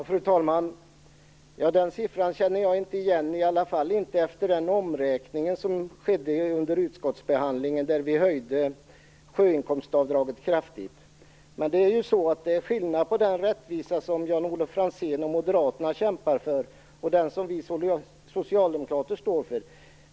Fru talman! Den siffran känner jag inte igen, i alla fall inte från den omräkning som skedde i utskottsbehandlingen, då vi höjde sjöinkomstavdraget kraftigt. Men det är skillnad mellan den rättvisa som Jan-Olof Franzén och Moderaterna kämpar för och den som vi socialdemokrater står för.